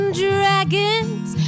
dragons